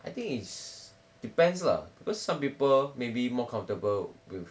I think it depends lah because some people maybe more comfortable with